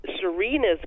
Serena's